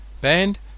Band